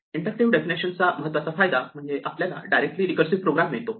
inductive definition चा महत्त्वाचा फायदा म्हणजे आपल्याला डायरेक्टली रीकर्सिव्ह प्रोग्रॅम मिळतो